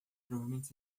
provavelmente